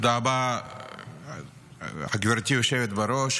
גבירתי היושבת-ראש,